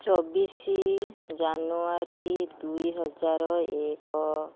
ଚବିଶି ଜାନୁଆରୀ ଦୁଇହଜାର ଏକ